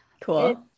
Cool